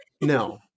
No